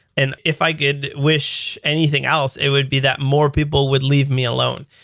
and if i did wish anything else, it would be that more people would leave me alone.